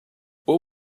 what